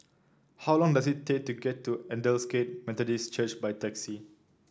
how long does it take to get to Aldersgate Methodist Church by taxi